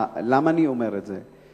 למה אני אומר את זה?